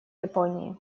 японии